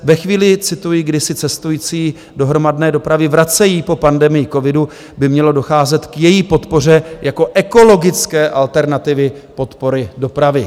Ve chvíli , kdy se cestující do hromadné dopravy vracejí po pandemii covidu, by mělo docházet k její podpoře jako ekologické alternativy podpory dopravy.